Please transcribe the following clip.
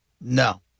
No